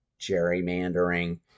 gerrymandering